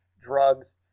drugs